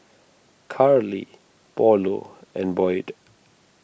Carly Paulo and Boyd